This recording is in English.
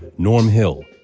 norm hill,